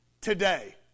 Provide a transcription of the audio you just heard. Today